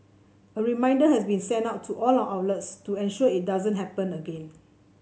a reminder has been sent out to all our outlets to ensure it doesn't happen again